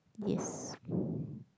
yes